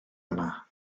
yma